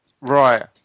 Right